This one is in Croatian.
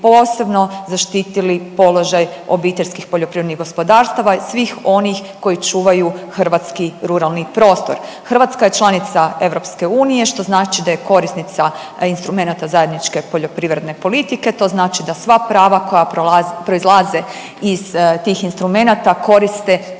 zaštitili položaj OPG-ova i svih onih koji čuvaju hrvatski ruralni prostor. Hrvatska je članica EU, što znači da je korisnica instrumenata zajedničke poljoprivredne politike, to znači da sva prava koja proizlaze iz tih instrumenata koriste